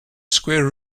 square